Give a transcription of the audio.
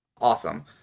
awesome